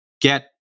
get